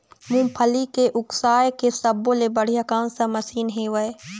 मूंगफली के उसकाय के सब्बो ले बढ़िया कोन सा मशीन हेवय?